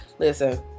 Listen